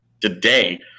today